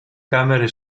camere